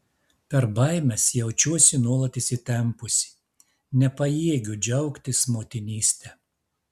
per baimes jaučiuosi nuolat įsitempusi nepajėgiu džiaugtis motinyste